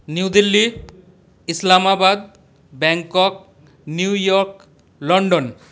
new Delhi Islamabad Bangkok New York London